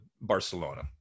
Barcelona